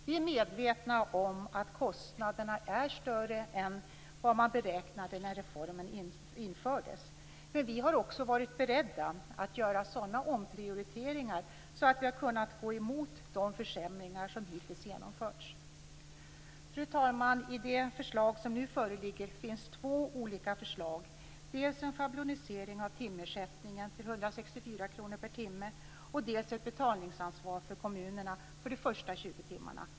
Vi är medvetna om att kostnaderna är större än vad man beräknade när reformen infördes, men vi har också varit beredda att göra sådana omprioriteringar att vi har kunnat gå emot de försämringar som hitintills genomförts. Fru talman! I det förslag som nu föreligger finns två olika inslag: dels en schablonisering av timersättningen till 164 kr per timme, dels ett betalningsansvar för kommunerna för de första 20 timmarna.